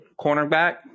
cornerback